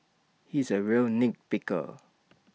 he is A real nit picker